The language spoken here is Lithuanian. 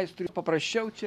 meistrui paprasčiau čia